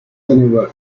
anywhere